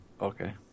Okay